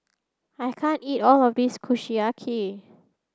I can't eat all of this Kushiyaki